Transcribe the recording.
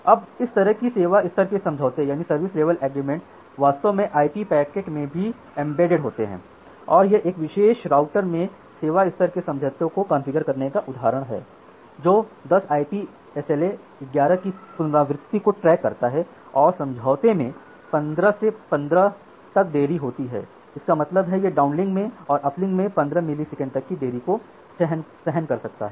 अब इस तरह के सेवा स्तर के समझौते वास्तव में आईपी पैकेट में भी एम्बेडेड होते हैं और यह एक विशेष राउटर में सेवा स्तर के समझौते को कॉन्फ़िगर करने का एक उदाहरण है जो 10 आईपी एसएलए 11 की पुनरावृत्ति को ट्रैक करता है और समझौते में 15 से 15 तक देरी होती है इसका मतलब है यह डाउनलिंक में और अपलिंक में 15 मिलीसेकेंड तक की देरी को सहन कर सकता है